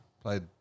Played